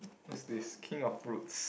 what's this king of fruits